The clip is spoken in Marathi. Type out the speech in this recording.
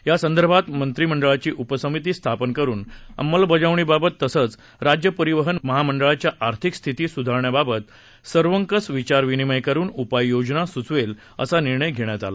यासंदर्भात मंत्री मंडळाची उपसमिती स्थापन करून अमलबजावणीबाबत तसेच राज्य परिवहन महामंडळाची आर्थिक स्थिती सुधारण्याबाबत सर्वंकष विचार विनिमय करून उपाय योजना सुचवेल असा निर्णय घेण्यात आला